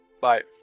Bye